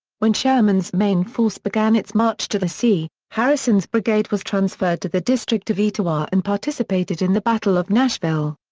when sherman's main force began its march to the sea, harrison's brigade was transferred to the district of etowah and participated in the battle of nashville.